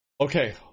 Okay